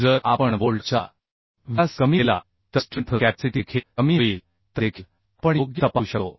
जर आपण बोल्टचा व्यास कमी केला तर स्ट्रेंथ कॅपॅसिटी देखील कमी होईल तर देखील आपण योग्य तपासू शकतो